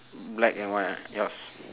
black and white yours